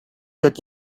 that